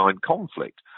conflict